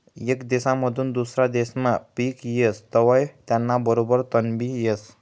येक देसमाधून दुसरा देसमा पिक येस तवंय त्याना बरोबर तणबी येस